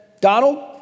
Donald